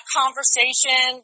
conversation